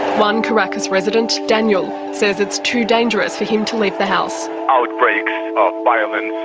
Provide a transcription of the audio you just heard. one caracas resident, daniel, says it's too dangerous for him to leave the house. outbreaks of violence